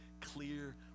clear